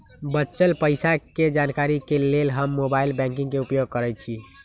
बच्चल पइसा के जानकारी के लेल हम मोबाइल बैंकिंग के उपयोग करइछि